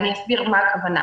ואסביר את הכוונה.